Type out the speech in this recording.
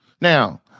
Now